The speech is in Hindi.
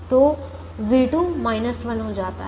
तो v2 1 हो जाता है